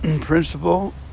principle